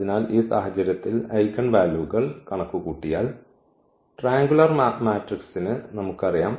അതിനാൽ ഈ സാഹചര്യത്തിൽ ഐഗൻവാലുവുകൾ കണക്കുകൂട്ടിയാൽ ട്രയാൻഗുലാർ മാട്രിക്സ്ന് നമുക്ക് അറിയാം